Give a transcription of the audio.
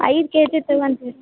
ಐದು K G ತಗೊಳ್ತೀವಿ ರೀ